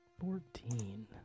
Fourteen